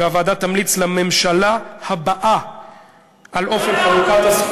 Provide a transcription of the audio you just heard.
והוועדה תמליץ לממשלה הבאה על אופן חלוקת,